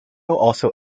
also